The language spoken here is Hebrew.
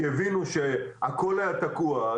כי הבינו שהכול היה תקוע,